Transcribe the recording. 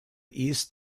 east